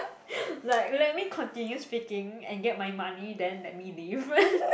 like let me continue speaking and get my money then let me leave